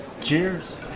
Cheers